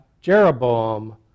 Jeroboam